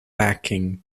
backing